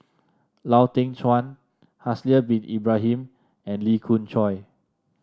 Lau Teng Chuan Haslir Bin Ibrahim and Lee Khoon Choy